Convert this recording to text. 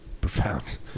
profound